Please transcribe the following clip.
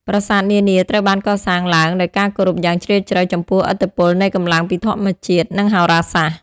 ប្រាសាទនានាត្រូវបានកសាងឡើងដោយការគោរពយ៉ាងជ្រាលជ្រៅចំពោះឥទ្ធិពលនៃកម្លាំងពីធម្មជាតិនិងហោរាសាស្ត្រ។